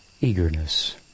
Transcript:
eagerness